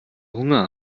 hunger